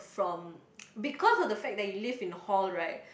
from because of the fact that you live in hall right